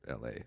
LA